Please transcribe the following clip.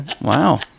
Wow